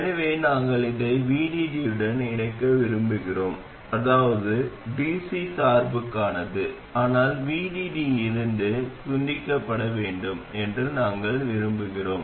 எனவே நாங்கள் அதை VDD உடன் இணைக்க விரும்புகிறோம் அதாவது dc சார்புக்கானது ஆனால் VDD இலிருந்து துண்டிக்கப்பட வேண்டும் என்று நாங்கள் விரும்புகிறோம்